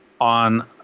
on